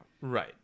Right